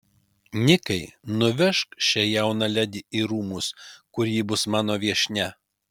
nikai nuvežk šią jauną ledi į rūmus kur ji bus mano viešnia